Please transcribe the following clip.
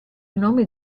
nome